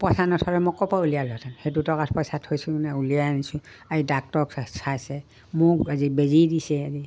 পইচা নথলে মই ক'ৰপৰা উলিয়ালোঁ হেতেন সেই দুটকা পইচা থৈছোঁ নে উলিয়াই আনিছোঁ আজি ডাক্তৰে চাইছে মোক আজি বেজী দিছে আজি